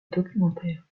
documentaires